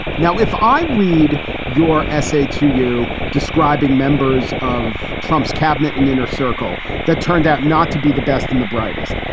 now, if i read your essay to you describing members of trump's cabinet and inner circle, that turned out not to be the best and the brightest,